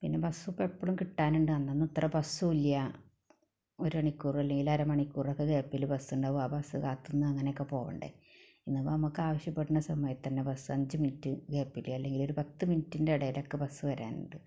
പിന്നെ ബസിപ്പോൾ എപ്പഴും കിട്ടാനുണ്ട് അന്നൊന്നും ഇത്ര ബസ്സും ഇല്ല ഒര് മണിക്കൂറ് അല്ലെങ്കിൽ അരമണിക്കൂറൊക്കെ ഗ്യാപ്പിലൊക്കെ ബസ്സ് ഉണ്ടാകും ആ ബസ്സ് കാത്ത് നിന്ന് അങ്ങനൊക്കെ പോകണ്ടേ ഇന്നിപ്പോൾ നമുക്ക് ആവശ്യപ്പെടുന്ന സമയത്ത് തന്നെ ബസ് അഞ്ച് മിന്റ്റ് ഗ്യാപ്പിൽ അല്ലെങ്കില് ഒര് പത്ത് മിനിറ്റിൻ്റെ ഇടയിലൊക്കെ ബസ് വരാറുണ്ട്